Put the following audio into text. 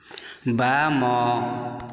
ବାମ